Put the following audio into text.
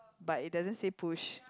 but it doesn't say push